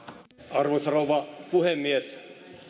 arvoisa rouva puhemies